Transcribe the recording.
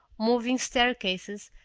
moving staircases,